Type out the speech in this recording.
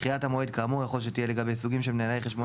דחיית המועד כאמור יכול שתהיה לגבי סוגים של מנהלי חשבון